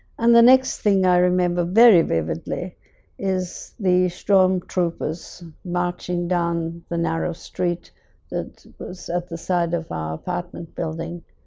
and the next thing i remember very vividly is the stormtroopers marching down the narrow street that was at the side of our apartment building